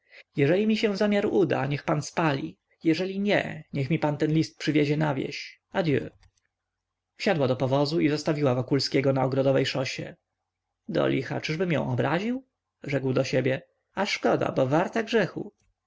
jeżeli mi się zamiar uda niech pan spali jeżeli nie niech mi pan ten list przywiezie na wieś adieu siadła do powozu i zostawiła wokulskiego na ogrodowej szosie do licha czyżbym ją obraził rzekł do siebie a szkoda bo warta grzechu